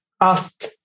asked